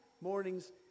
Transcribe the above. mornings